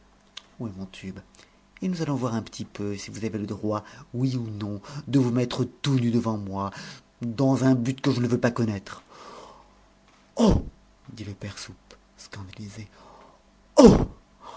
où est mon tube et nous allons voir un petit peu si vous avez le droit oui ou non de vous mettre tout nu devant moi dans un but que je ne veux pas connaître oh dit le père soupe scandalisé